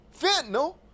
fentanyl